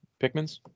Pikmins